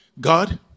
God